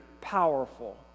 powerful